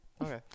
Okay